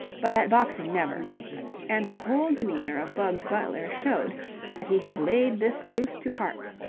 but at boxing never and the whole demeanour of bugs butler showed that he had laid this truth to heart.